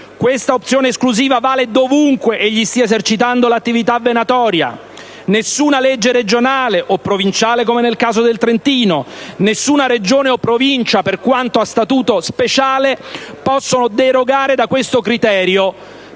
tale opzione esclusiva vale dovunque egli stia esercitando l'attività venatoria; nessuna legge regionale, o provinciale, come nel caso del Trentino, nessuna Regione o Provincia, per quanto a Statuto speciale, possono derogare da questo criterio,